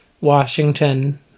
Washington